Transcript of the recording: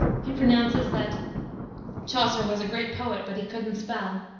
he pronounces that chaucer was a great poet, but he couldn't spell,